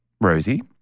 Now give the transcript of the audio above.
Rosie